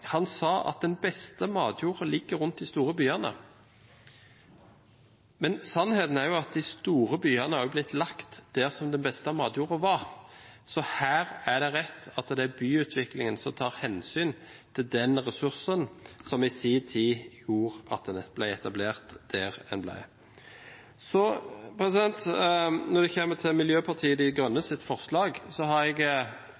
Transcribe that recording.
Han sa at den beste matjorda ligger rundt de store byene. Men sannheten er jo at de store byene har blitt lagt der som den beste matjorda er. Så her er det rett at det er byutviklingen som tar hensyn til den ressursen som i sin tid gjorde at det ble etablert der det ble. Når det gjelder Miljøpartiet De Grønnes forslag, synes jeg det er greit, men vi kommer ikke til å stemme for, bl.a. fordi jeg